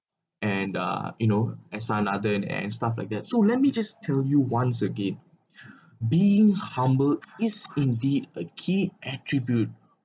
and uh you know S_R nathan and stuff like that so let me just tell you once again being humble is indeed a key attribute